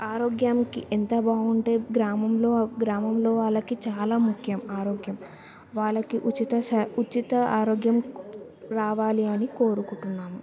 ఆరోగ్యానికి ఎంత బాగుంటే గ్రామంలో గ్రామంలో వాళ్ళకి చాలా ముఖ్యం ఆరోగ్యం వాళ్ళకి ఉచిత స ఉచిత ఆరోగ్యం కో రావాలి అని కోరుకుంటున్నాను